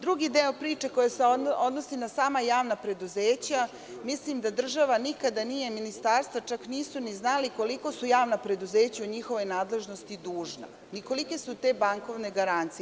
Drugi deo priče koji se odnosi na sama javna preduzeća, mislim da država nikada nije, Ministarstva nisu ni znala koliko su javna preduzeća u njihovoj nadležnosti dužna, ni kolike su te bankovne garancije.